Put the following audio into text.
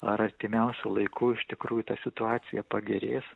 ar artimiausiu laiku iš tikrųjų ta situacija pagerės